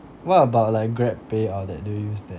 what about like grabpay all that do you use that